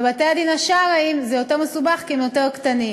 בבתי-הדין השרעיים זה יותר מסובך כי הם יותר קטנים.